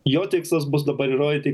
jo tikslas bus dabar įrodyti